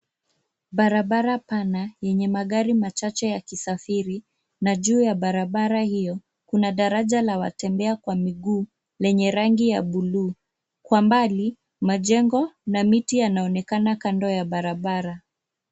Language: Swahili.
Barabara pana yenye magari machache yakisafiri na juu ya barabara hiyo, kuna daraja la watembea kwa miguu, lenye rangi ya buluu. Kwa mbali majengo na miti yanaonekana kando ya barabara.